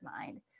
mind